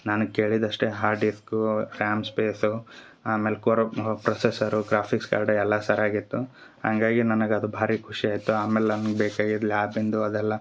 ನನಗೆ ಕೇಳಿದ ಅಷ್ಟೇ ಹಾರ್ಡ್ ಡಿಸ್ಕು ರ್ಯಾಮ್ ಸ್ಪೇಸು ಆಮೇಲೆ ಕೊರೊ ಪ್ರೊಸೆಸರು ಗ್ರಾಫಿಕ್ಸ್ ಕಾರ್ಡು ಎಲ್ಲ ಸರ್ಯಾಗಿ ಇತ್ತು ಹಂಗಾಗಿ ನನಗೆ ಅದು ಭಾರಿ ಖುಷಿ ಆಯಿತು ಆಮೇಲೆ ನನ್ಗೆ ಬೇಕಾಗಿದ ಲ್ಯಾಬಿಂದು ಅದೆಲ್ಲ